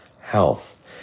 health